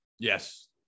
yes